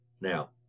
Now